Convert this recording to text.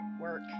work